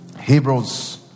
Hebrews